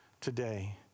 today